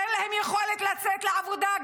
שאין להן יכולת לצאת לעבודה,